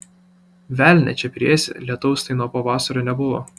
velnią čia priėsi lietaus tai nuo pavasario nebuvo